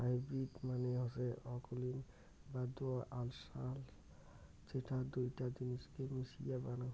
hybrid মানে হসে অকুলীন বা দোআঁশলা যেটা দুইটা জিনিসকে মিশিয়ে বানাং হই